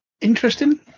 interesting